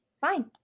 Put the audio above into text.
fine